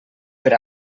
per